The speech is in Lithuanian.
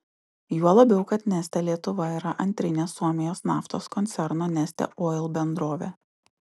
juo labiau kad neste lietuva yra antrinė suomijos naftos koncerno neste oil bendrovė